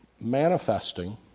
manifesting